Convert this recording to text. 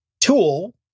tool